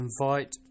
Invite